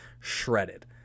shredded